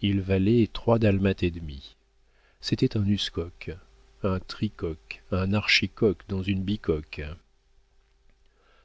il valait trois dalmates et demi c'était un uscoque un tricoque un archicoque dans une bicoque